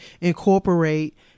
incorporate